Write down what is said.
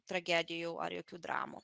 tragedijų ar jokių dramų